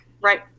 right